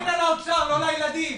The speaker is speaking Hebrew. לא נכון, אתה מגן על האוצר, לא על הילדים.